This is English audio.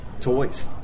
toys